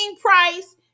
Price